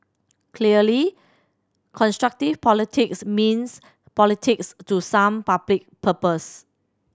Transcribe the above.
clearly constructive politics means politics to some public purpose